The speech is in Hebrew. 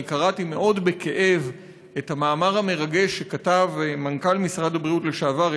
קראתי מאוד בכאב את המאמר המרגש שכתב מנכ"ל משרד הבריאות לשעבר,